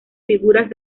figuras